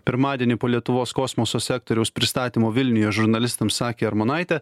pirmadienį po lietuvos kosmoso sektoriaus pristatymo vilniuje žurnalistams sakė armonaitė